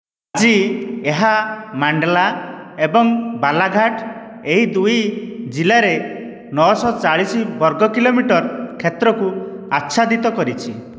ଆଜି ଏହା ମାଣ୍ଡଲା ଏବଂ ବାଲାଘାଟ ଏହି ଦୁଇ ଜିଲ୍ଲାରେ ନଅ ଶହ ଚାଳିଶ ବର୍ଗ କିଲୋମିଟର କ୍ଷେତ୍ରକୁ ଆଚ୍ଛାଦିତ କରିଛି